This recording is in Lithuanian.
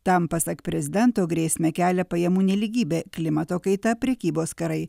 tam pasak prezidento grėsmę kelia pajamų nelygybė klimato kaita prekybos karai